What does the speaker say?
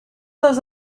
dos